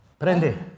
Prende